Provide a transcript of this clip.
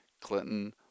Clinton